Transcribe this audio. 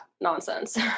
nonsense